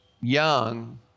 young